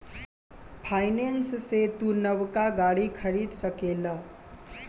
finance से तू नवका गाड़ी खरीद सकेल